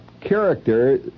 character